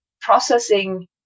processing